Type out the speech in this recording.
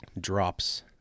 drops